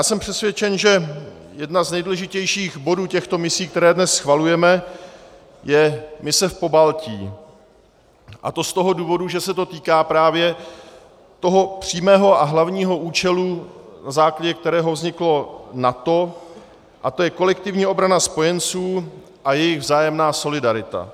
Jsem přesvědčen, že jeden z nejdůležitějších bodů těchto misí, které dnes schvalujeme, je mise v Pobaltí, a to z toho důvodu, že se to týká právě toho přímého a hlavního účelu, na základě kterého vzniklo NATO, a to je kolektivní obrana spojenců a jejich vzájemná solidarita.